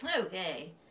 Okay